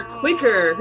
quicker